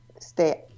stay